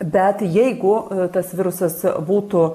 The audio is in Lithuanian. bet jeigu tas virusas būtų